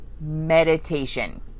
meditation